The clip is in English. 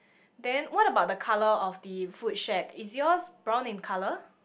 then what about the colour of the food shack is yours brown in colour